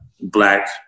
black